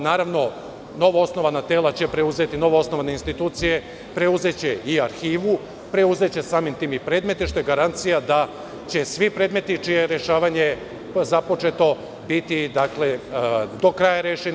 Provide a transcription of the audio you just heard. Naravno, novo osnovana tela će preuzeti novoosnovane institucije, preuzeće i arhivu, preuzeće samim tim i predmete što je garancija da će svi predmeti čije je rešavanje započeto biti do kraja rešeni.